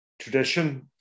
tradition